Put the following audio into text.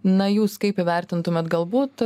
na jūs kaip įvertintumėt galbūt